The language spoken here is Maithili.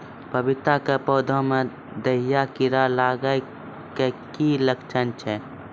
पपीता के पौधा मे दहिया कीड़ा लागे के की लक्छण छै?